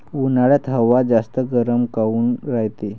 उन्हाळ्यात हवा जास्त गरम काऊन रायते?